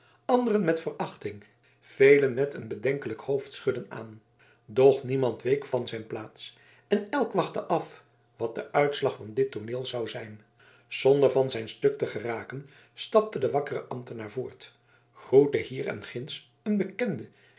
anderen met verachting velen met een bedenkelijk hoofdschudden aan doch niemand week van zijn plaats en elk wachtte af wat de uitslag van dit tooneel zou zijn zonder van zijn stuk te geraken stapte de wakkere ambtenaar voort groette hier en ginds een bekende